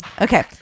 Okay